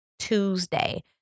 Tuesday